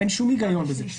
אין שום היגיון בזה,